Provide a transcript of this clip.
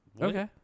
Okay